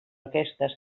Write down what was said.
aquestes